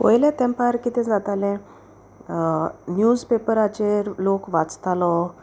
पयले तेंपार कितें जाताले निव्जपेपराचेर लोक वाचतालो